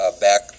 Back